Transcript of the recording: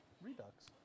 Redux